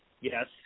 Yes